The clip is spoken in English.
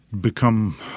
become